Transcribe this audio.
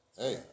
Hey